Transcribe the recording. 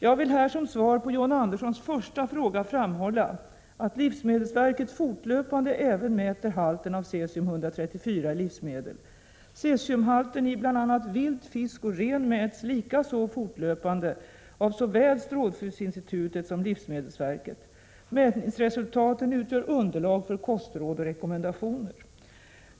Jag vill här som svar på John Anderssons första fråga framhålla att livsmedelsverket fortlöpande även mäter halten av cesium 134 i livsmedel. Cesiumhalten i bl.a. vilt, fisk och ren mäts likaså fortlöpande av såväl strålskyddsinstitutet som livsmedelsverket. Mätningsresultaten utgör underlag för kostråd och rekommendationer.